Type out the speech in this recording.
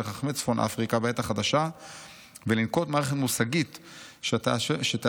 חכמי צפון אפריקה בעת החדשה ולנקוט מערכת מושגית שתאפשר